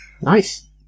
Nice